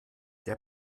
der